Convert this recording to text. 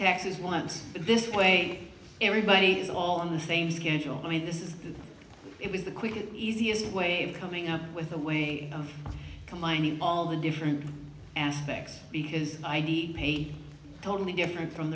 taxes once this way everybody is all on the same schedule i mean this is it was the quickest easiest way of coming up with a way of combining all the different aspects because id totally different from